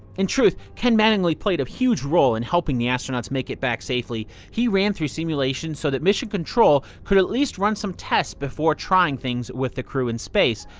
in truth, ken mattingly played a huge role in helping the astronauts make it back safely. he ran through simulations so that mission control could at least run some tests before trying things with the crew in space.